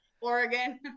Oregon